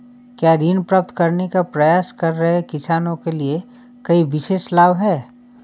क्या ऋण प्राप्त करने का प्रयास कर रहे किसानों के लिए कोई विशेष लाभ हैं?